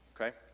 okay